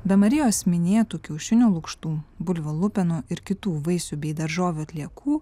be marijos minėtų kiaušinių lukštų bulvių lupenų ir kitų vaisių bei daržovių atliekų